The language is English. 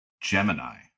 Gemini